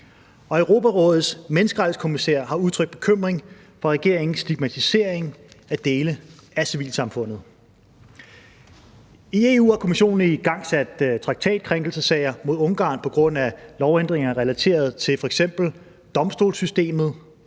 Europarådets menneskerettighedskommissær har udtrykt bekymring for regeringens stigmatisering af dele af civilsamfundet. I EU har Kommissionen igangsat traktatkrænkelsessager mod Ungarn på grund af lovændringer relateret til f.eks. domstolssystemet,